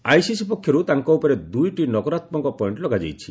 ICC ପକ୍ଷରୁ ତାଙ୍କ ଉପରେ ଦୁଇଟି ନକାରାତ୍ମକ ପଏଣ୍ଟ ଲଗାଯାଇଛି